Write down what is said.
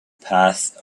path